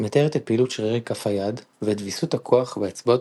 - מתארת את פעילות שרירי כף-היד ואת ויסות הכוח באצבעות